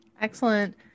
Excellent